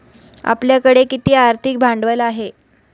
आपल्याकडे किती आर्थिक भांडवल आहे?